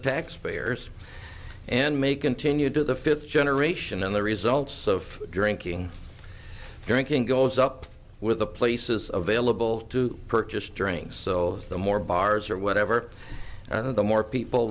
taxpayers and may continue to the fifth generation and the results of drinking drinking goes up with the places of vailable to purchase drains so the more bars or whatever the more people